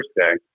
Thursday